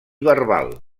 verbal